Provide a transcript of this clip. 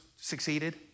succeeded